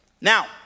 Now